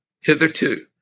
Hitherto